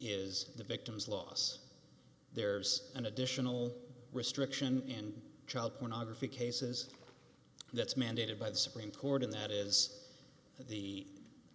is the victim's loss there's an additional restriction in child pornography cases that's mandated by the supreme court and that is the